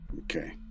Okay